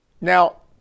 Now